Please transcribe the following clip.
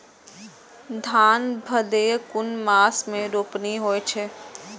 धान भदेय कुन मास में रोपनी होय छै?